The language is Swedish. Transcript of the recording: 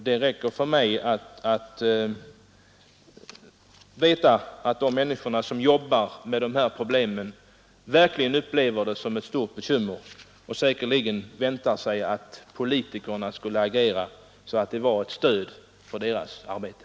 Det räcker för mig att veta att de människor som jobbar med dessa problem verkligen upplever dem som ett stort bekymmer och säkerligen hade väntat sig att politikerna skulle agera så att det blev ett stöd för deras arbete.